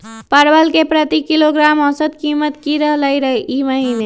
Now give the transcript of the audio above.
परवल के प्रति किलोग्राम औसत कीमत की रहलई र ई महीने?